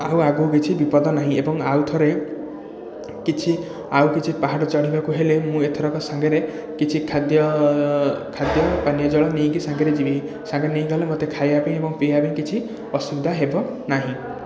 ଆଉ ଆଗକୁ କିଛି ବିପଦ ନାହିଁ ଏବଂ ଆଉ ଥରେ କିଛି ଆଉ କିଛି ପହାଡ଼ ଚଢ଼ିବାକୁ ହେଲେ ମୁଁ ଏଥରକ ସାଙ୍ଗରେ କିଛି ଖାଦ୍ୟ ଖାଦ୍ୟ ପାନୀୟ ଜଳ ନେଇକି ସାଙ୍ଗରେ ଯିବି ସାଙ୍ଗରେ ନେଇକି ଗଲେ ମୋତେ ଖାଇବା ପାଇଁ ପିଇବା ପାଇଁ କିଛି ଅସୁବିଧା ହେବ ନାହିଁ